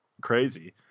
crazy